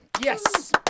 Yes